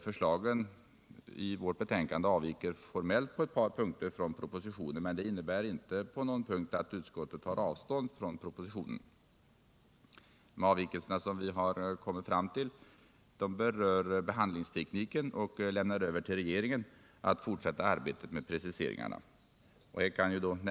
Förslagen i vårt betänkande avviker formellt på ett par punkter från propositionen, men det innebär inte på någon punkt att utskottet tar avstånd från propositionen. Avvikelserna rör behandlingstekniken och lämnar över till regeringen att fortsätta arbetet med preciseringarna.